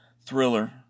thriller